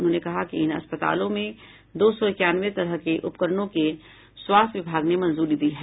उन्होंने कहा कि इन अस्पतालों में दो सौ इक्यानवे तरह के उपकरणों के लिए स्वास्थ्य विभाग ने मंजूरी दी है